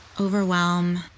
overwhelm